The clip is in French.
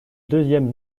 deuxième